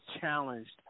challenged